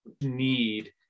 need